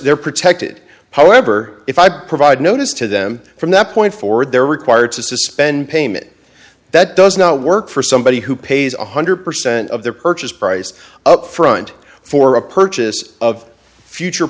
they're protected however if i provide notice to them from that point forward they're required to suspend payment that does not work for somebody who pays one hundred percent of the purchase price upfront for a purchase of future